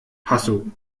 hasso